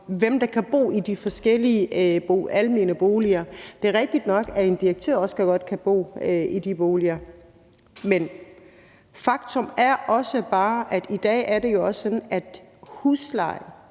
hvem der kan bo i de forskellige almene boliger, er, at det er rigtigt nok, at en direktør også godt kan bo i de boliger, men faktum er også bare, at huslejepriserne i dag er så